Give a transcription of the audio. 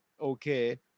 okay